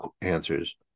answers